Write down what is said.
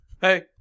Hey